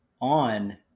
on